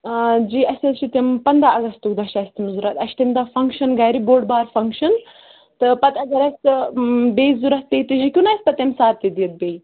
جی اَسہِ حظ چھِ تِم پنٛداہ اَگستُک دۄہ چھِ اَسہِ تِم ضوٚرَتھ اَسہِ تَمہِ دۄہ فَنٛگشَن گَرِ بوٚڑ بار فَنٛگشَن تہٕ پَتہٕ اگر اَسہِ بیٚیہِ ضوٚرَتھ تیٚتہِ ہیٚکِو نا اَسہِ پَتہٕ تَمہِ ساتہٕ تہِ دِتھ بیٚیہِ